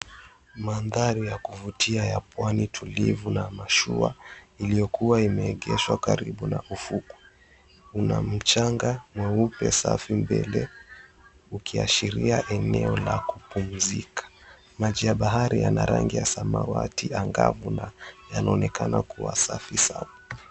Mandhari ya kuvutia ya pwani tulivu na mashua iliyokuwa imeegeshwa karibu na ufukwe una mchanga mweupe safi mbele ukiashiria eneo la kupumzika. Maji ya bahari yana rangi ya samawati angavu na yanaonekana kuwa safi sana.